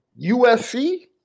USC